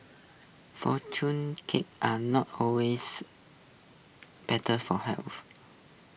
cakes are not always better for health